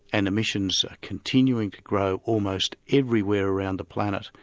and emissions are continuing to grow almost everywhere around the planet,